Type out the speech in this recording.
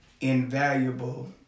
invaluable